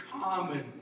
common